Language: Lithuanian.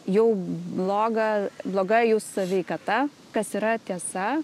jau bloga bloga jų saveikata kas yra tiesa